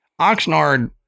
Oxnard